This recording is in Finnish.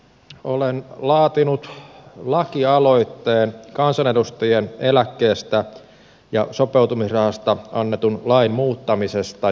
olen laatinut lakialoitteen kansanedustajien eläkkeestä ja sopeutumisrahasta annetun lain muuttamisesta